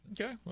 Okay